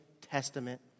Testament